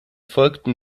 folgten